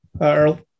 earl